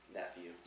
nephew